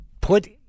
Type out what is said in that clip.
put